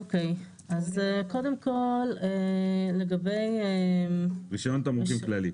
קודם כל לגבי רישיון תמרוקים כללי,